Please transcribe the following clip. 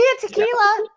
tequila